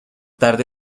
tarde